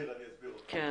אני אסביר, אני